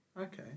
Okay